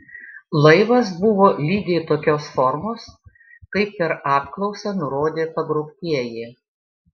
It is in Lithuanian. laivas buvo lygiai tokios formos kaip per apklausą nurodė pagrobtieji